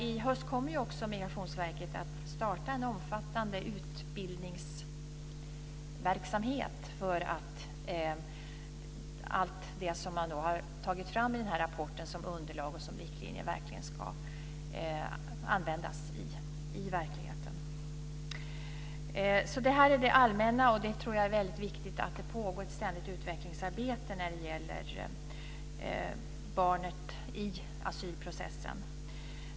I höst kommer också Migrationsverket att starta en omfattande utbildningsverksamhet för att allt det som man nu har tagit fram i denna rapport som underlag och som riktlinjer verkligen ska användas i verkligheten. Detta är alltså det allmänna, och jag tror att det är väldigt viktigt att det pågår ett ständigt utvecklingsarbete när det gäller barnen i asylprocessen.